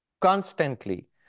Constantly